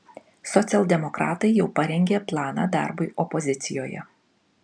socialdemokratai jau parengė planą darbui opozicijoje